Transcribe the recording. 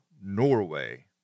Norway